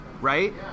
Right